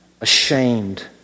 ashamed